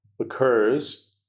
occurs